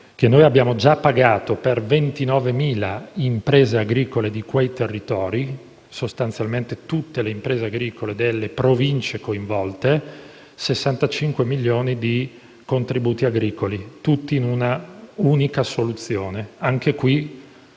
che abbiamo già pagato per 29.000 imprese agricole di quei territori (sostanzialmente, tutte le imprese agricole delle Province coinvolte) 65 milioni di euro di contributi agricoli, tutti in un'unica soluzione per